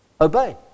Obey